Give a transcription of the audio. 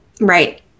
Right